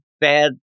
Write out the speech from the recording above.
bad